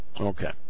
Okay